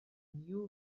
new